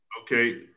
Okay